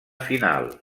final